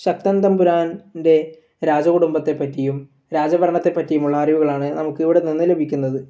ശക്തൻ തമ്പുരാൻ്റെ രാജകുടുംബത്തെ പറ്റിയും രാജ ഭരണത്തെ പറ്റിയുള്ള അറിവുകളാണ് നമുക്ക് ഇവിടെ നിന്ന് ലഭിക്കുന്നത്